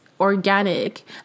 organic